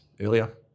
earlier